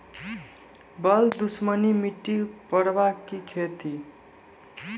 बल दुश्मनी मिट्टी परवल की खेती?